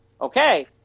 okay